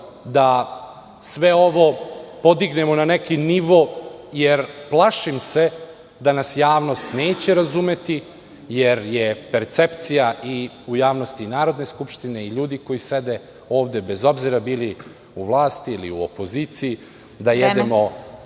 da sve ovo podignemo na neki nivo, jer plašim se da nas javnost neće razumeti, jer je percepcija i u javnosti Narodne skupštine i ljudi koji sede ovde, bez obzira bili u vlasti ili u opoziciji, da jedemo